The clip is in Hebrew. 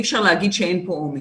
אי אפשר להגיד שאין פה אומץ.